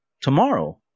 tomorrow